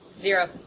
Zero